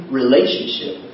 relationship